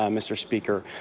um mr. speaker.